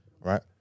right